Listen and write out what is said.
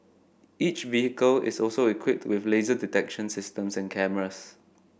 each vehicle is also equipped with laser detection systems and cameras